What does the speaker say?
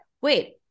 wait